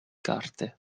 carte